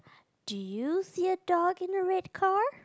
do you see a dog in a red car